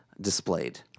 displayed